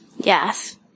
yes